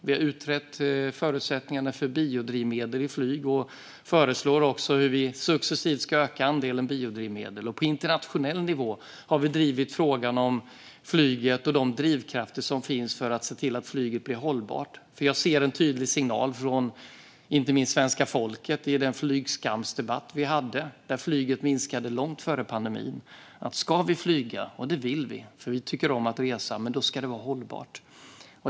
Vi har utrett förutsättningarna för biodrivmedel i flyg och föreslår också hur vi successivt ska öka andelen biodrivmedel. På internationell nivå har vi drivit frågan om flyget och de drivkrafter som finns för att se till att flyget blir hållbart. Jag ser en tydlig signal från inte minst svenska folket. Vi har haft en flygskamsdebatt, och flyget minskade långt före pandemin. Ska vi flyga - och det vill vi, för vi tycker om att resa - ska det vara hållbart.